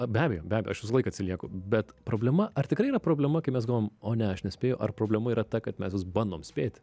be abejobe abejo aš visą laiką atsilieku bet problema ar tikrai yra problema kai mes galvojam o ne aš nespėju ar problema yra ta kad mes vis bandom spėti